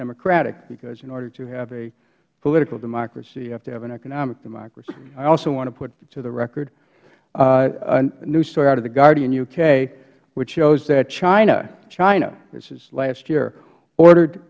democratic because in order to have a political democracy you have to have an economic democracy i also want to put into the record a new story out of the guardian u k which shows that chinah china this is last year ordered